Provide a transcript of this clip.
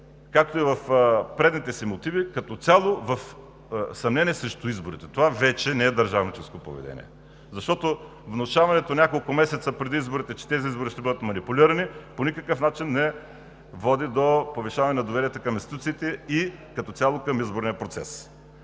както и в предните си мотиви, като цяло съмнение срещу изборите. Това вече не е държавническо поведение. Защото внушаването няколко месеца преди изборите, че те ще бъдат манипулирани, по никакъв начин не води до повишаване на доверието към институциите и като цяло – към изборния процес.